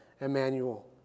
Emmanuel